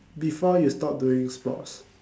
before you stop doing sports